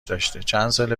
داشته، چندسال